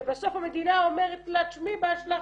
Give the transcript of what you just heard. ובסוף המדינה אומרת לה "בעיה שלך,